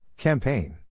Campaign